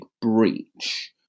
breach